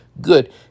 Good